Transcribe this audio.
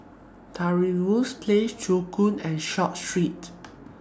Trevose Place Joo Koon and Short Street